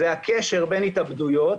זה הקשר בין התאבדויות